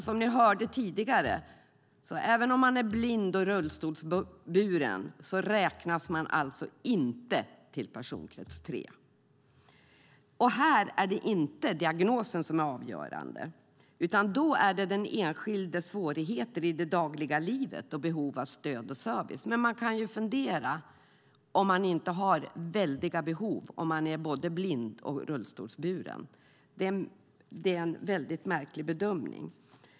Som ni hörde tidigare räknas man alltså inte till personkrets 3 även om man är blind och rullstolsburen. Här är det inte diagnosen som är avgörande, utan den enskildes svårigheter i det dagliga livet och behovet av stöd och service. Man kan ju fundera på om en person som är både blind och rullstolsburen inte har väldiga behov. Det är en märklig bedömning.